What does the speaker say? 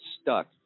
stuck